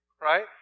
right